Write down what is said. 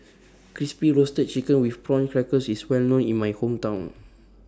Crispy Roasted Chicken with Prawn Crackers IS Well known in My Hometown